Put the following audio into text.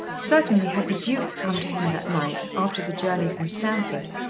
certainly had the duke come to him that night, after the journey from stamford,